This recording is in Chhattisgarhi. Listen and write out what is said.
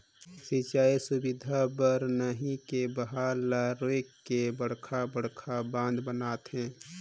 सिंचई सुबिधा बर नही के बहाल ल रोयक के बड़खा बड़खा बांध बनाथे